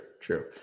True